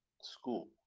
school